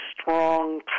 strong